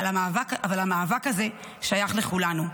אבל המאבק הזה שייך לכולנו.